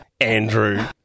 Andrew